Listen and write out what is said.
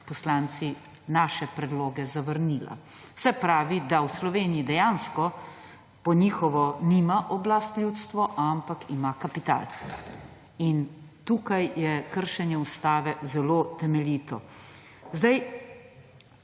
poslanci naše predloge zavrnila. Se pravi, da v Sloveniji dejansko po njihovo nima oblast ljudstvo, ampak ima kapital. In tukaj je kršenje ustave zelo temeljito. Zdaj